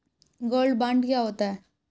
Gold bond क्या होता है?